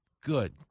good